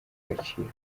agaciro